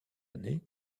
années